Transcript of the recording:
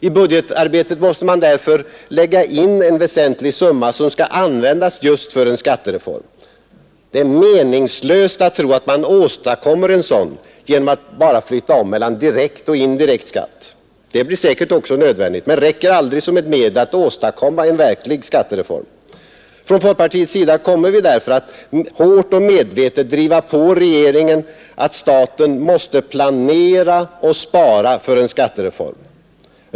I budgetarbetet måste man därför lägga in en väsentlig summa som skall användas just för en skattereform. Det är meningslöst att tro, att man åstadkommer en verklig skattereform genom att bara flytta om mellan direkt och indirekt skatt. Det blir säkert också nödvändigt, men det räcker aldrig som ett medel att åstadkomma en verklig skattereform. Från folk partiets sida kommer vi därför att hårt och medvetet driva på regeringen att staten måste planera och spara för en skattereform.